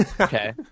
Okay